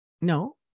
No